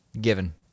Given